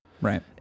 Right